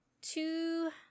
two